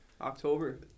October